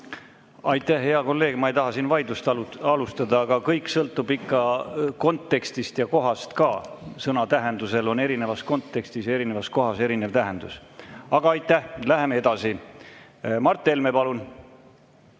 Aitäh, hea kolleeg! Ma ei taha siin vaidlust alustada, aga kõik sõltub ikka kontekstist ja kohast ka. Sõnal on erinevas kontekstis ja erinevas kohas erinev tähendus. Aga aitäh! Läheme edasi. Mart Helme, palun!